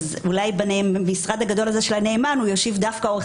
אולי במשרד הגדול של הנאמן הוא יושיב עורך